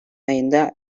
ayında